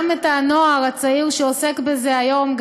גם את הנוער הצעיר שעוסק בזה היום,